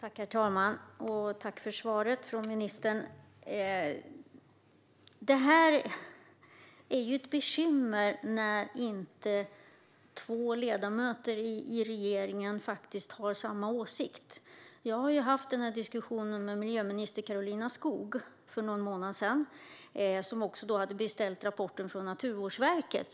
Herr talman! Jag tackar för svaret från ministern. Det är ett bekymmer när två ledamöter i regeringen inte har samma åsikt. Jag hade den här diskussionen med miljöminister Karolina Skog för någon månad sedan. Hon hade beställt rapporten från Naturvårdsverket.